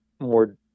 more